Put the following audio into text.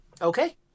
Okay